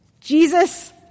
Jesus